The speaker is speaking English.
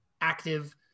active